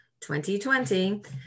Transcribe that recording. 2020